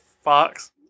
Fox